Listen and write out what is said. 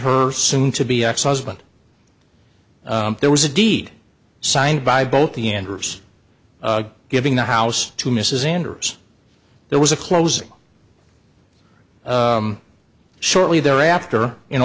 her soon to be ex husband there was a deed signed by both the enders giving the house to mrs anders there was a closing shortly thereafter in